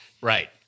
Right